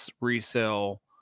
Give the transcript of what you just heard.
resell